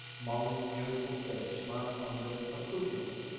molly's beautiful face smiled on them approvingly.